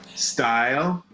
style,